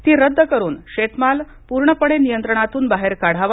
ती रद्द करून शेतमाल पूर्णपणे नियंत्रणातून बाहेर काढावा